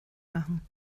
machen